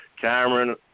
Cameron